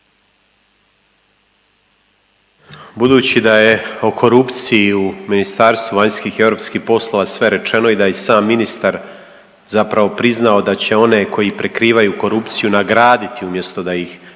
Budući da je o korupciji u Ministarstvu vanjskih i europskih poslova sve rečeno i da je i sam ministar zapravo priznao da će one koji prikrivaju korupciju nagraditi umjesto da ih kazne